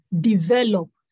develop